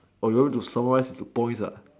oh you want to summarize into points